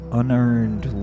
unearned